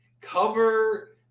cover